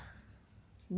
ya